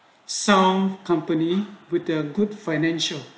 song company with their good financial